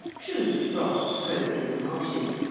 true, frogs croak in the marshes,